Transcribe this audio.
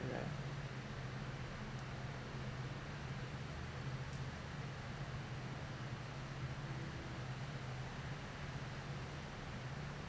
yeah